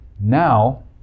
now